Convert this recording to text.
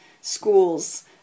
schools